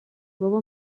بابا